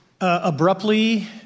Abruptly